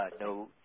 no